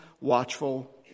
watchful